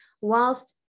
whilst